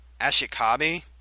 Ashikabi